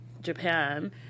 Japan